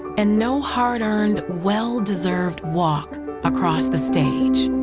and no hard earned well deserved walk across the stage.